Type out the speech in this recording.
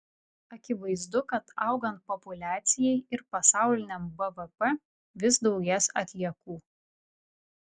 akivaizdu kad augant populiacijai ir pasauliniam bvp vis daugės atliekų